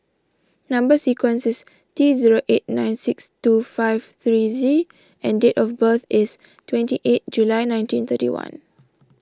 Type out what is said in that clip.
Number Sequence is T zero eight nine six two five three Z and date of birth is twenty eight July nineteen thirty one